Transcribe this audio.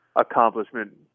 accomplishment